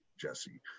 Jesse